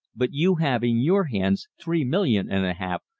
but you have in your hands three million and a half,